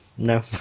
no